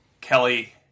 Kelly